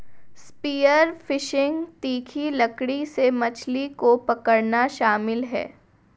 spear fishing तीखी लकड़ी से मछली को पकड़ना शामिल है